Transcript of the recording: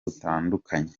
butandukanye